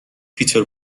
پیتر